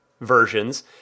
versions